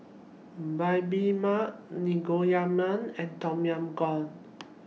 Bibimbap Naengmyeon and Tom Yam Goong